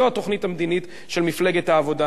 זו התוכנית המדינית של מפלגת העבודה.